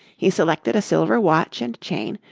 he selected a silver watch and chain,